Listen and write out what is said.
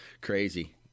Crazy